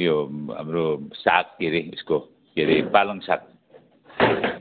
यो हाम्रो साग के रे यसको के रे पालङ साग